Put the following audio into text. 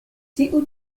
tiu